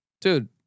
dude